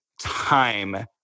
time